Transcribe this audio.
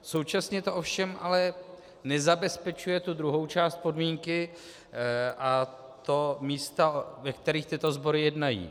Současně to ovšem ale nezabezpečuje tu druhou část podmínky, a to místo, ve kterých tyto sbory jednají.